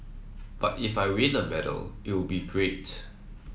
but if I win a medal it would be great